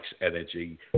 energy